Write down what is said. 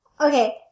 Okay